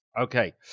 Okay